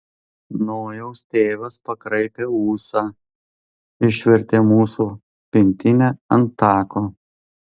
nojaus tėvas pakraipė ūsą išvertė mūsų pintinę ant tako